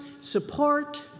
Support